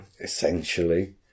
Essentially